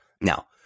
now